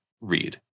read